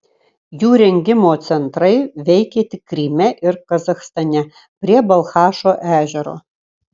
jų rengimo centrai veikė tik kryme ir kazachstane prie balchašo ežero